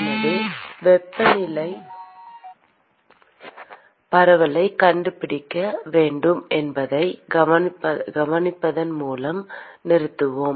எனவே வெப்பநிலை பரவலைக் கண்டுபிடிக்க வேண்டும் என்பதைக் கவனிப்பதன் மூலம் நிறுத்தினோம்